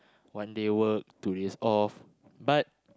one day work two days off but